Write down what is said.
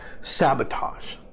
sabotage